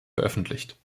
veröffentlicht